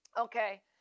okay